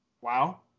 Wow